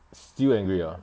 still angry ah